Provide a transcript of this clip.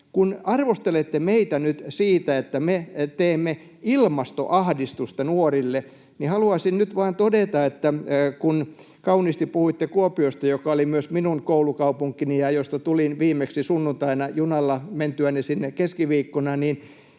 Kun arvostelette meitä nyt siitä, että me teemme ilmastoahdistusta nuorille, niin haluaisin nyt vain todeta, että kun kauniisti puhuitte Kuopiosta, joka oli myös minun koulukaupunkini ja josta tulin viimeksi sunnuntaina junalla mentyäni sinne keskiviikkona, niin